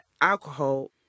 alcohol